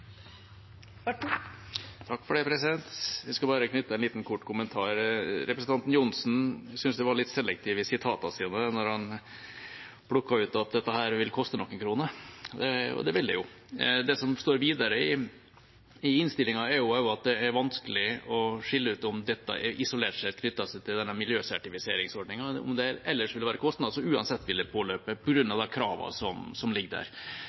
Jeg skal bare knytte en kort kommentar til representanten Johnsen, som jeg synes var litt selektiv i sitatene sine da han plukket ut at dette vil koste noen kroner – og det vil det jo. Det som står videre i innstillingen, er at det er vanskelig å skille ut om dette isolert sett knytter seg til denne miljøsertifiseringsordningen eller om det ville være kostnader som uansett ville påløpe på grunn av de kravene som ligger der.